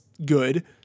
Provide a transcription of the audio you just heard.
good